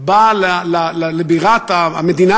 הוא לא יכול ללמד אותי מהו העימות